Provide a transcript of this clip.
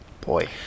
Boy